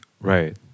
Right